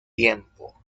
tiempo